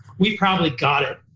we probably got it.